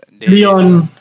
Leon